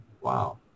Wow